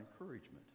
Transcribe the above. encouragement